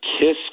Kiss